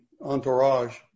entourage